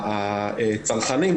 הצרכנים,